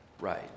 Right